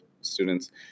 students